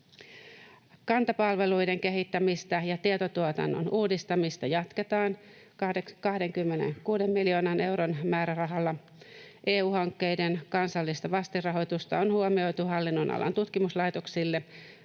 Kanta-palveluiden kehittämistä ja tietotuotannon uudistamista jatketaan 26 miljoonan euron määrärahalla. EU-hankkeiden kansallista vastinrahoitusta on huomioitu hallinnonalan tutkimuslaitoksille